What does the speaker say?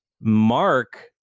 Mark